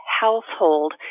household